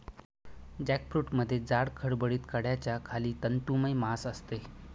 जॅकफ्रूटमध्ये जाड, खडबडीत कड्याच्या खाली तंतुमय मांस असते